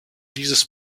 dieses